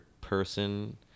person